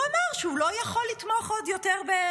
הוא אמר שהוא לא יכול לתמוך עוד בנתניהו.